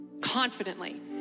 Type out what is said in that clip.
confidently